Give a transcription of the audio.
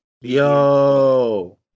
Yo